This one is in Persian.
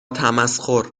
تمسخر